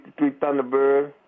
Thunderbird